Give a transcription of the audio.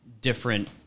different